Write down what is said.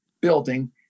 building